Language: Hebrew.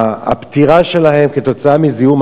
הפטירה שלהם היתה כתוצאה מזיהום.